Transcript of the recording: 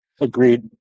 Agreed